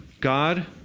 God